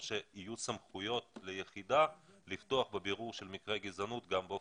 שאלת הבהרה, בהמשך למה שפתחתי.